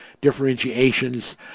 differentiations